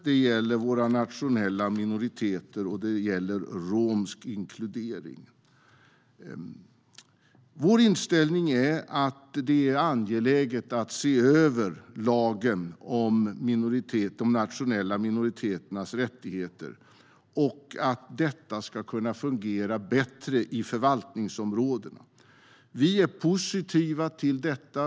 Det gäller våra nationella minoriteter, och det gäller romsk inkludering. Vår inställning är att det är angeläget att se över lagen om de nationella minoriteternas rättigheter och att detta ska kunna fungera bättre i förvaltningsområdena. Vi är positiva till detta.